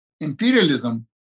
imperialism